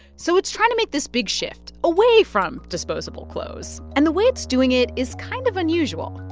so it's trying to make this big shift away from disposable clothes, and the way it's doing it is kind of unusual.